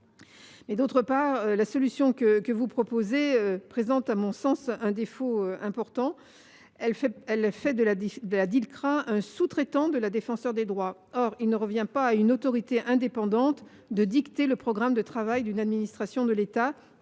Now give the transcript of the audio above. ai renoncé ! Enfin, la solution que vous proposez présente à mon sens un défaut important. Elle fait de la Dilcrah un sous traitant du Défenseur des droits. Or il ne revient pas à une autorité indépendante de dicter le programme de travail d’une administration de l’État,